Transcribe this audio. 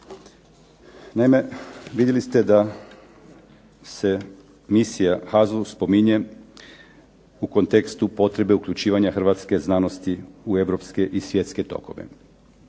Naime, vidjeli ste da se misija HAZU spominje u kontekstu potrebe uključivanja hrvatske znanosti u europske i svjetske tokove.